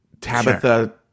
Tabitha